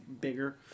bigger